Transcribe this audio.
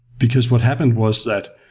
because what happened was that,